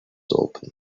open